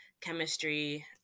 chemistry